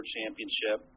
Championship